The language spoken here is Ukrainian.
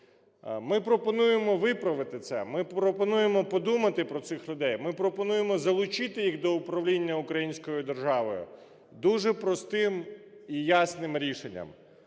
Ми пропонуємо виправити це, ми пропонуємо подумати про цих людей, ми пропонуємо залучити їх до управління українською державою дуже простим і ясним рішенням: